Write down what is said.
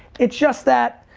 it's just that,